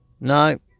No